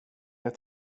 jag